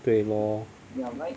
对 lor